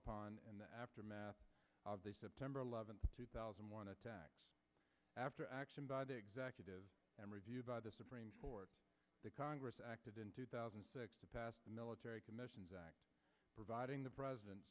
upon in the aftermath of the september eleventh two thousand and one attack after action by the executive and reviewed by the supreme court the congress acted in two thousand and six to pass military commissions act providing the president